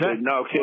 no